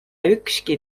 ükski